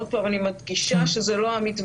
עוד פעם אני מדגישה שזה לא המתווה,